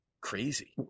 crazy